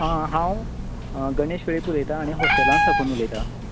आ हांव गणेश वेळीप उलयतां आनी हॉस्टॅला साकून उलयतां